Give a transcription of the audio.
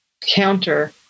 counter